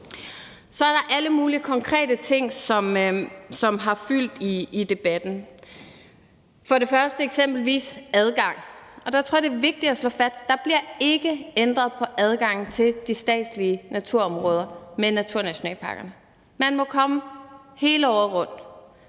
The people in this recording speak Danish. Så er der alle mulige konkrete ting, som har fyldt i debatten, eksempelvis adgang. Og der tror jeg, det er vigtigt at slå fast, at der ikke bliver ændret på adgangen til de statslige naturområder med naturnationalparkerne. Man må komme hele året rundt